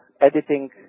editing